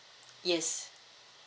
yes